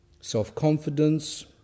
self-confidence